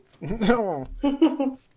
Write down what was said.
No